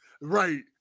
Right